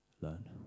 learn